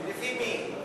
לפי מי?